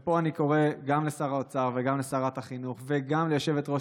ופה אני קורא גם לשר האוצר וגם לשרת החינוך וגם ליושבת-ראש